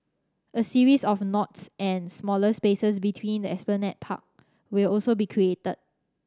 a series of nodes and smaller spaces between the Esplanade Park will also be created